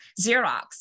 Xerox